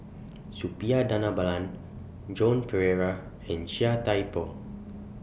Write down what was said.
Suppiah Dhanabalan Joan Pereira and Chia Thye Poh